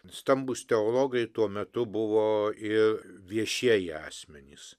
stambūs teologai tuo metu buvo ir viešieji asmenys